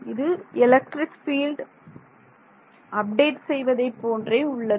இது electric field update செய்வதை போன்றே உள்ளது